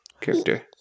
character